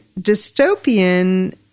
dystopian